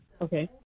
okay